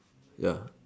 ya